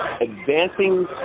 advancing